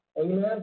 Amen